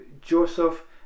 Joseph